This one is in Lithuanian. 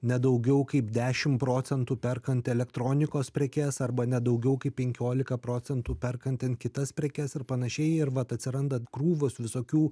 ne daugiau kaip dešim procentų perkant elektronikos prekes arba ne daugiau kaip penkiolika procentų perkan ten kitas prekes ir panašiai ir va atsiranda krūvos visokių